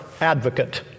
advocate